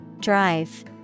Drive